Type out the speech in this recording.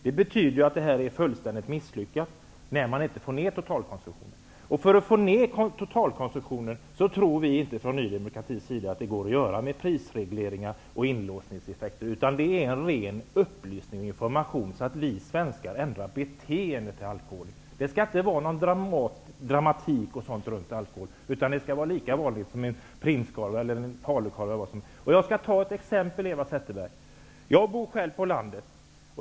Det betyder att det hela är fullständigt misslyckat -- man har inte fått ner totalkonsumtionen. Vi tror inte från Ny demokratis sida att man kan få ner totalkonsumtionen genom prisregleringar och inlåsningseffekter, utan genom upplysning och information så att vi svenskar ändrar beteendet i fråga om alkohol. Det skall inte vara någon dramatik runt alkohol, utan det skall vara någonting lika valfritt som prinskorv eller falukorv. Jag skall ge ett exempel. Jag bor på landet.